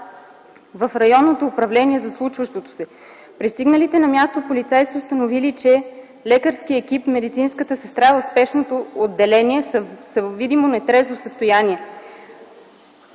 в Районното управление за случващото се. Пристигналите на място полицаи са установили, че лекарският екип и медицинската сестра от спешното отделение са във видимо нетрезво състояние.